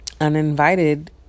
uninvited